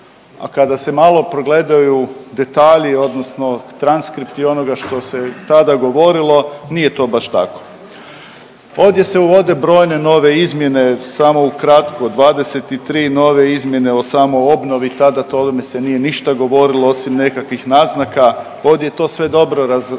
a kada se malo pregledaju detalji odnosno transkripti onoga što se je tada govorilo nije to baš tako. Ovdje se uvode brojne nove izmjene. Samo ukratko, 23 nove izmjene o samoobnovi, tada o tome se nije ništa govorilo osim nekakvih naznaka. Ovdje je to sve dobro razrađeno,